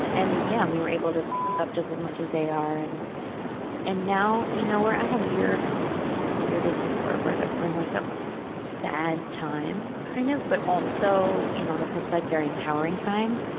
and yeah, we were able to up just as much as they are. and and now, you know, we're at a weird weird isn't the word. we're at a we're in, like, a sad time kind of, but also, you know, on the flipside, very empowering time.